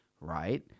right